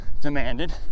demanded